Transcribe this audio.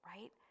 right